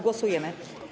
Głosujemy.